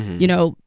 you know,